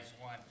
one